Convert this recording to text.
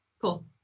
Cool